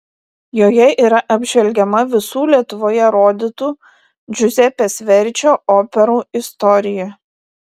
joje yra apžvelgiama visų lietuvoje rodytų džiuzepės verdžio operų istorija